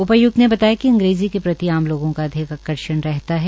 उपाय्क्त ने बताया कि अंग्रेजी के प्रति आम लोगों का अधिक आर्कषण रहता है